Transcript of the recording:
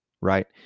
right